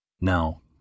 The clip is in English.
Now